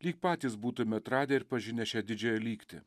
lyg patys būtume atradę ir pažinę šią didžiąją lygtį